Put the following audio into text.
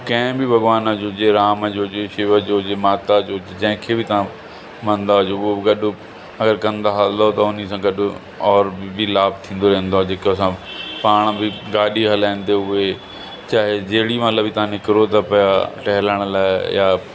कंहिं बि भॻवान जो जीअं राम जो हुजे शिव जो हुजे माता हुजे जंहिं खे बि तव्हां मञंदा हुजो उहो गॾु अगरि कंदा हलो त उन सां गॾु और ॿी बि लाभु थींदो रहंदो आहे जेको असां पाण बि गाॾी हलाईंदे हुए चाहे जेॾी महिल बि तव्हां निकिरो था पिया टहिलण लाइ यां